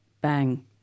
bang